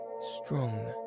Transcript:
strong